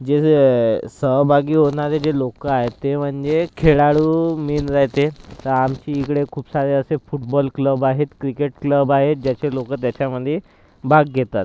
जे सहभागी होणारे जे लोक आहेत ते म्हणजे खेळाडू मेन राहते आमच्या इकडे असे खूप सारे असे फुटबॉल क्लब आहेत क्रिकेट क्लब आहेत ज्याचे लोक त्याच्यामधे भाग घेतात